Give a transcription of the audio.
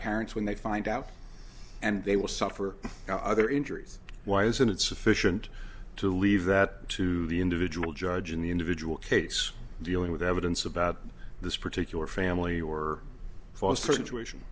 parents when they find out and they will suffer other injuries why isn't it sufficient to leave that to the individual judge in the individual case dealing with evidence about this particular family or foster intuition